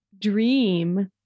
dream